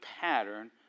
pattern